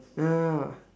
no no no